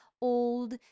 old